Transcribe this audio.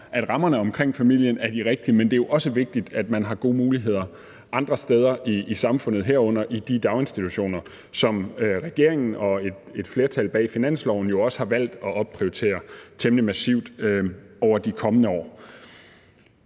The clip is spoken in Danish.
at rammerne omkring familien er de rigtige, men det er jo også vigtigt, at man har gode muligheder andre steder i samfundet, herunder i de daginstitutioner, som regeringen og et flertal bag finansloven jo også har valgt at opprioritere temmelig massivt over de kommende år.